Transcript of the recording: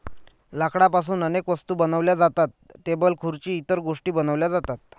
लाकडापासून अनेक वस्तू बनवल्या जातात, टेबल खुर्सी इतर गोष्टीं बनवल्या जातात